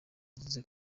azize